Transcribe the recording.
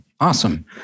awesome